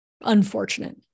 unfortunate